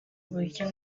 uburyo